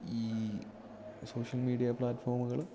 ഈ social media പ്ലാറ്റ്ഫോമുകൾ